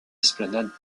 esplanade